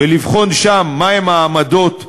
ולבחון שם מהן העמדות שלנו,